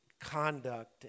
conduct